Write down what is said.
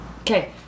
Okay